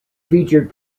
featured